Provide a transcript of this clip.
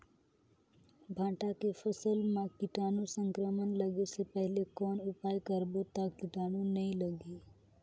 भांटा के फसल मां कीटाणु संक्रमण लगे से पहले कौन उपाय करबो ता कीटाणु नी लगही?